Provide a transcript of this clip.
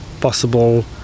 possible